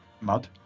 mud